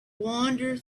wander